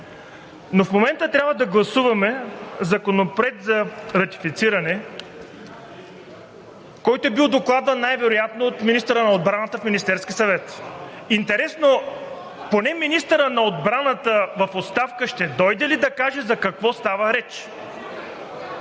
Но в момента трябва да гласуваме Законопроект за ратифициране, който е бил докладван най-вероятно от министъра на отбраната в Министерския съвет. Интересно поне министърът на отбраната в оставка ще дойде ли да каже за какво става реч?